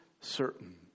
certain